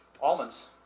almonds